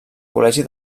col·legi